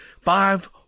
five